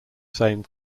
same